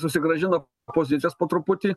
susigrąžina pozicijas po truputį